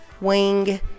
wing